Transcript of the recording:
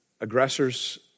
Aggressors